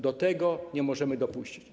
Do tego nie możemy dopuścić.